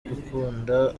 gukunda